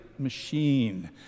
machine